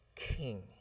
king